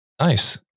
Nice